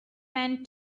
and